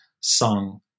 sung